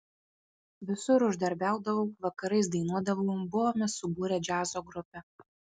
visur uždarbiaudavau vakarais dainuodavau buvome subūrę džiazo grupę